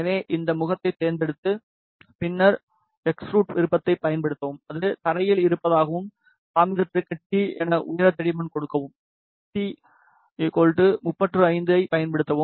எனவே இந்த முகத்தைத் தேர்ந்தெடுத்து பின்னர் எக்ஸ்ட்ரூட் விருப்பத்தைப் பயன்படுத்தவும் அது தரையில் இருப்பதாகவும் தாமிரத்திற்கு டி என உயர தடிமன் கொடுக்கவும் t 35 ஐப் பயன்படுத்தவும்